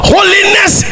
Holiness